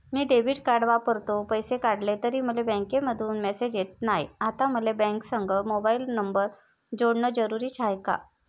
मी debit card वापरतो, पैसे काढले तरी मले बँकेमंधून मेसेज येत नाय, आता मले बँकेसंग मोबाईल नंबर जोडन जरुरीच हाय का?